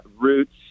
roots